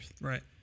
Right